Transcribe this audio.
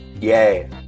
Yay